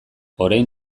orain